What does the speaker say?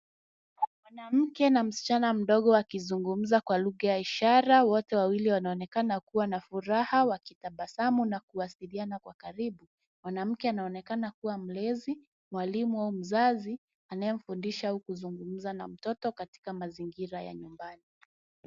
Mwanamke na msichana mdogo wakizungumza kwa lugha ya ishara. Wote wawili wanaonekana kuwa na furaha wakitabasamu na kuwasiliana kwa karibu. Mwanamke anaonekana kuwa mlezi, mwalimu au mzazi anayefundisha kuzungumza na mtoto katika mazingira ya nyumbani.